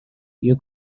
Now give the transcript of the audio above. you